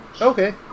okay